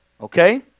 Okay